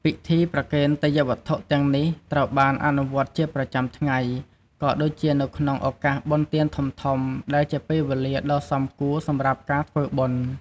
ពិធីប្រគេនទេយ្យវត្ថុទាំងនេះ ត្រូវបានអនុវត្តជាប្រចាំថ្ងៃ ក៏ដូចជានៅក្នុងឱកាសបុណ្យទានធំៗ ដែលជាពេលវេលាដ៏សមគួរសម្រាប់ការធ្វើបុណ្យ។